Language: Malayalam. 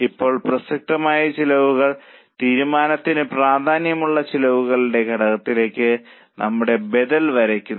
ഇപ്പോൾ പ്രസക്തമായ ചിലവുകൾ തീരുമാനത്തിന് പ്രാധാന്യമുള്ള ചിലവുകളുടെ ഘടകങ്ങളിലേക്ക് നമ്മുടെ ബദൽ വരയ്ക്കുന്നു